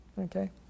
okay